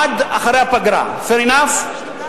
עד אחרי הפגרה, fair enough,